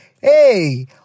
Hey